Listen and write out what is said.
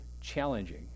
challenging